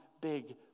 big